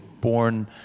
born